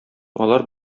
алар